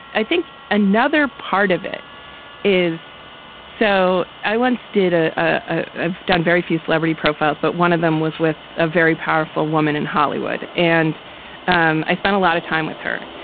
i think another part of it is so i once did. ah ah i've done very few celebrity profiles. but one of them was with a very powerful woman in hollywood. and um i spent a lot of time with her.